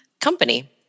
company